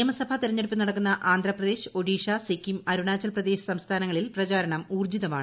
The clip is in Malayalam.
നിയസഭാ തെരഞ്ഞെടുപ്പ് നടക്കുന്ന ആന്ധ്രാപ്രദേശ് ഒഡീഷ സിക്കീം അരുണാചൽ പ്രദേശ് സംസ്ഥാനങ്ങളിൽ പ്രചാരണം ഊർജ്ജിതമാണ്